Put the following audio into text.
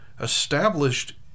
established